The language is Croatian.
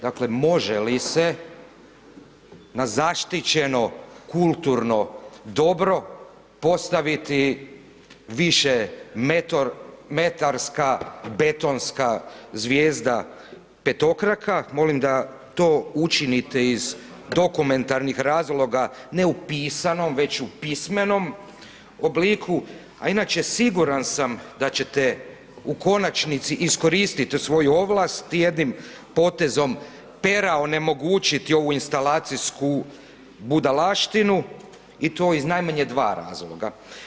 Dakle, može li se na zaštićeno kulturno dobro postaviti višemetarska betonska zvijezda petokraka, molim da to učinite iz dokumentarnih razloga, ne u pisanom, već u pismenom obliku, a inače, siguran sam, da ćete u konačnici iskoristiti svoju ovlast tim jednim potezom pera onemogućiti ovu instalacijsku budalaštinu i to iz najmanje dva razloga.